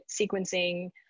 sequencing